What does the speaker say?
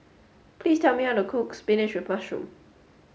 please tell me how to cook Spinach with mushroom